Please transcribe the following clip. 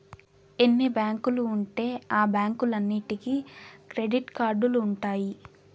ఎన్ని బ్యాంకులు ఉంటే ఆ బ్యాంకులన్నీటికి క్రెడిట్ కార్డులు ఉంటాయి